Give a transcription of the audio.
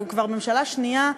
כבר ממשלה שנייה,